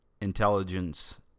intelligence